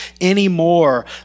anymore